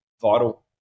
vital